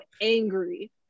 angry